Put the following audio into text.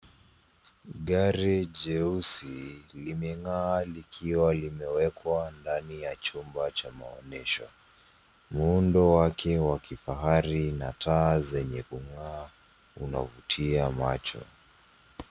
Gari jeusi, limeng'aa likiwa limewekwa ndani ya chumba cha manonyesho. Muundo wake wa kifahari na taa zenye kung'aa zinavutia macho.